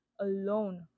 alone